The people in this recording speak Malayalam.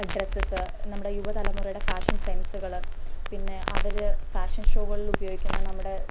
ഡ്രെസ്സസ് നമ്മുടെ യുവതലമുറയുടെ ഫാഷൻ സെൻസുകള് പിന്നെ അവര് ഫാഷൻ ഷോകളില് ഉപയോഗിക്കുന്ന നമ്മുടെ